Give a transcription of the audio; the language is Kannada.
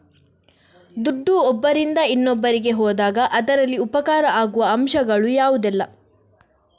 ದುಡ್ಡು ಒಬ್ಬರಿಂದ ಇನ್ನೊಬ್ಬರಿಗೆ ಹೋದಾಗ ಅದರಲ್ಲಿ ಉಪಕಾರ ಆಗುವ ಅಂಶಗಳು ಯಾವುದೆಲ್ಲ?